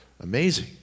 Amazing